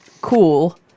cool